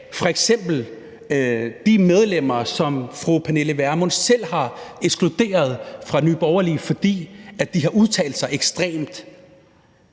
til de medlemmer, som fru Pernille Vermund selv har ekskluderet fra Nye Borgerlige, fordi de har udtalt sig ekstremt;